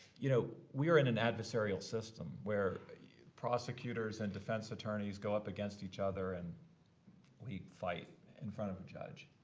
you know we are in an adversarial system where prosecutors and defense attorneys go up against each other and we fight in front of a judge.